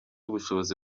ubushobozi